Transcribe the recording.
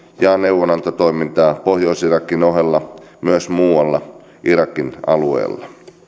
ja neuvonantotoimintaa pohjois irakin ohella myös muualla irakin alueella